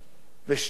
השנייה,